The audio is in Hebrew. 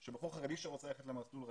של בחור חרדי שרוצה ללכת למסלול רגיל.